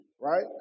right